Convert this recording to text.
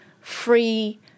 free